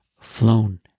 flown